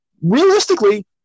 realistically